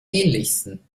ähnlichsten